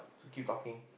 so keep talking